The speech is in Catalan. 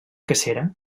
cacera